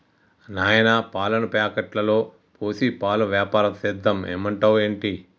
నాయనా పాలను ప్యాకెట్లలో పోసి పాల వ్యాపారం సేద్దాం ఏమంటావ్ ఏంటి